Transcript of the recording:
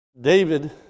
David